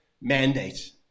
mandate